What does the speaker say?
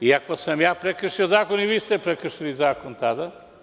Ako sam ja prekršio zakon, i vi ste prekršili zakon tada.